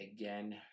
Again